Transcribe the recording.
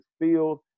field